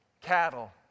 cattle